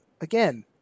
again